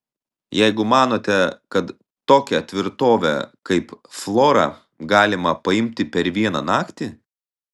jeigu manote kad tokią tvirtovę kaip flora galima paimti per vieną naktį